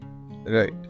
right